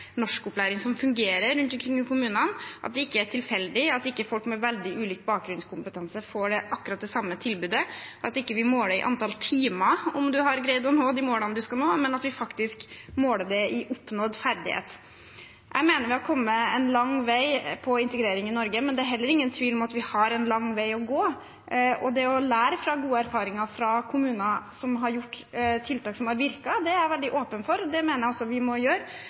tilfeldig, at ikke folk med veldig ulik bakgrunnskompetanse får akkurat det samme tilbudet, at ikke vi måler i antall timer om man har greid å nå de målene man skal nå, men at vi faktisk måler det i oppnådd ferdighet. Jeg mener vi har kommet en lang vei på integrering i Norge, men det er heller ingen tvil om at vi har en lang vei å gå, og det å lære av gode erfaringer fra kommuner som har gjort tiltak som har virket, er jeg veldig åpen for. Det mener jeg også at vi må gjøre.